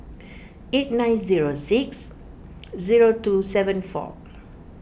eight nine zero six zero two seven four